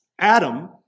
Adam